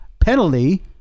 penalty